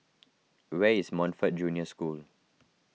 where is Montfort Junior School